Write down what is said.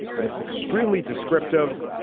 but it's extremely descriptive.